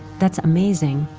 that's amazing,